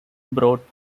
brought